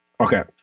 Okay